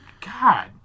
God